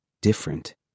different